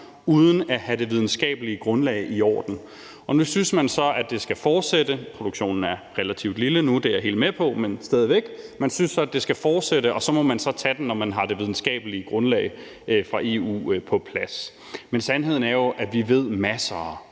uden at have det videnskabelige grundlag i orden. Nu synes man så, at det skal fortsætte. Produktionen er relativt lille nu – det er jeg helt med på, men stadig væk. Man synes så, at det skal fortsætte, og så må man så tage den, når man har det videnskabelige grundlag fra EU på plads. Men sandheden er jo, at vi ved masser